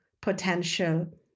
potential